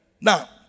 Now